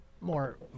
more